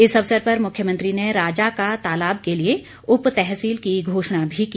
इस अवसर पर मुख्यमंत्री ने राजा का तालाब के लिए उप तहसील की घोषणा भी की